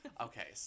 Okay